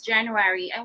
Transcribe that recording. January